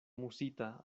musita